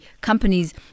companies